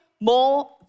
more